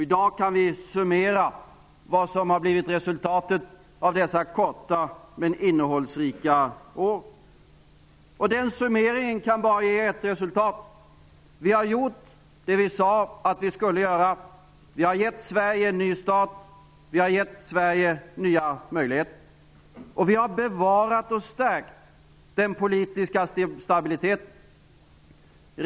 I dag kan vi summera vad som har blivit resultatet av dessa korta men innehållsrika år. Den summeringen kan bara ge ett resultat. Vi har gjort det vi sade att vi skulle göra. Vi har gett Sverige en ny start. Vi har gett Sverige nya möjligheter. Vi har bevarat och stärkt den politiska stabiliteten.